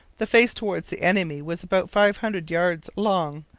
the face towards the enemy was about five hundred yards long.